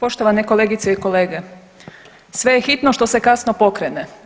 Poštovane kolegice i kolege, sve je hitno što se kasno pokrene.